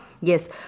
Yes